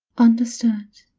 understood.